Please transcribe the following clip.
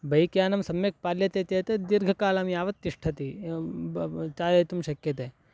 बैक्यानं सम्यक् पाल्यते चेत् दीर्घकालं यावत् तिष्ठति चालयितुं शक्यते